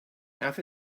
half